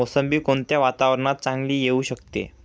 मोसंबी कोणत्या वातावरणात चांगली येऊ शकते?